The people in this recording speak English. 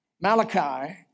Malachi